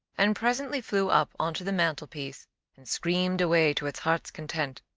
and presently flew up on to the mantelpiece and screamed away to its heart's content.